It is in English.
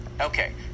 Okay